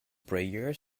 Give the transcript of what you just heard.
prayer